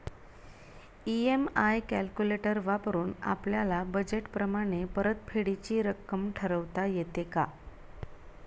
EMI calculator वापरून आपापल्या budget प्रमाणे परतफेडीची रक्कम ठरवता येते का?